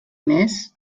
més